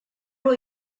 will